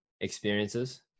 experiences